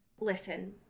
Listen